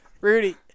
Rudy